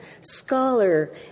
scholar